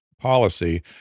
policy